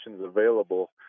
available